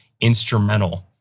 instrumental